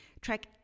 Track